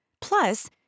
Plus